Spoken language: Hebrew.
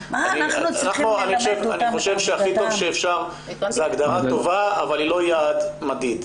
אני חושב שהכי טוב שאפשר זו הגדרה טובה אבל לא יעד מדיד.